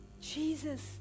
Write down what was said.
Jesus